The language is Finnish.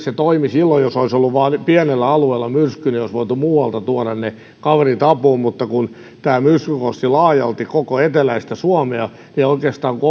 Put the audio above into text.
se olisi toiminut silloin jos olisi ollut vain pienellä alueella myrsky olisi voitu muualta tuoda kaverit apuun mutta kun tämä myrsky koski laajalti koko eteläistä suomea oikeastaan vasta